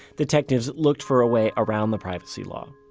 detectives looked for a way around the privacy law.